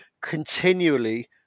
continually